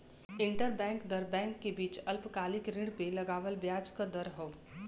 interbank दर bank के बीच अल्पकालिक ऋण पे लगावल ब्याज क दर हौ